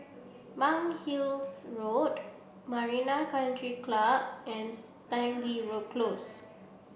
Monk Hill's Road Marina Country Club and Stangee Row Close